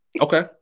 Okay